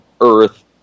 Earth